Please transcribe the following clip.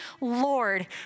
Lord